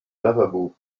lavabo